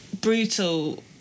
brutal